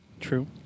True